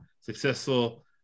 successful